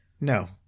No